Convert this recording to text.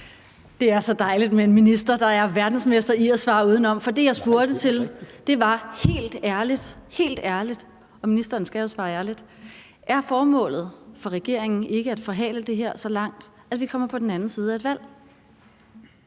Det er så dejligt med en minister, der er verdensmester i at svare udenom. For det, jeg spurgte til, var helt ærligt, og ministeren skal jo svare ærligt: Er formålet for regeringen ikke at forhale det her så langt, at vi kommer på den anden side af et valg?